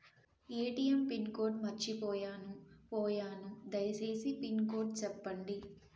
ATM pin code మర్చిపోయాను పోయాను దయసేసి పిన్ కోడ్ సెప్పండి?